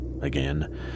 Again